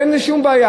ואין לי שום בעיה.